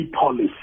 policy